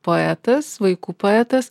poetas vaikų poetas